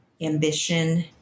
ambition